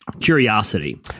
curiosity